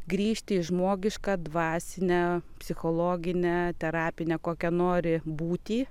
grįžti į žmogišką dvasinę psichologinę terapinę kokią nori būti